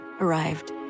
arrived